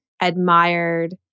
admired